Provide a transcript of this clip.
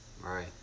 Right